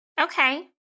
Okay